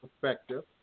perspective